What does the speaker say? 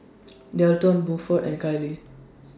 Delton Buford and Kayli